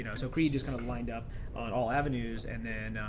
you know so creed just kind of lined up on all avenues. and then,